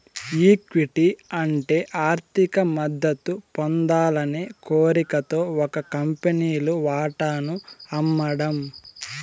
equity అంటే ఆర్థిక మద్దతు పొందాలనే కోరికతో ఒక కంపెనీలు వాటాను అమ్మడం